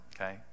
okay